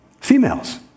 females